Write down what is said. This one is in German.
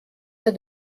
der